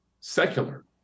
secular